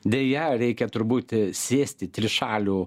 deja reikia turbūt sėsti trišalių